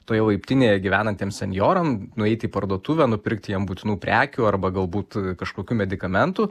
toje laiptinėje gyvenantiem senjoram nueiti į parduotuvę nupirkti jiem būtinų prekių arba galbūt kažkokių medikamentų